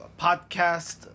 podcast